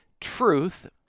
truth